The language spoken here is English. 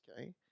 okay